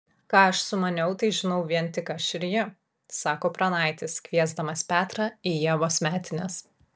ką aš sumaniau tai žinau vien tik aš ir ji sako pranaitis kviesdamas petrą į ievos metines